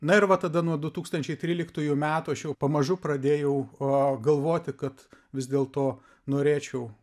na ir va tada nuo du tūkstančiai tryliktųjų metų aš jau pamažu pradėjau galvoti kad vis dėlto norėčiau